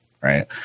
Right